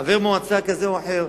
חבר מועצה כזה או אחר,